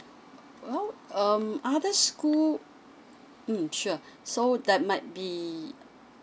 uh well um other school mm sure so that might be